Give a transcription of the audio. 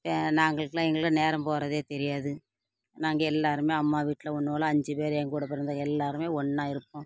நாங்களுக்கெகுலாம் எங்களுக்கெலாம் நேரம் போகிறதே தெரியாது நாங்கள் எல்லோருமே அம்மா வீட்டில் ஒன்றுப் போல் ஐஞ்சுப் பேர் என் கூட பிறந்த எல்லோருமே ஒன்றா இருப்போம்